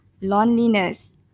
loneliness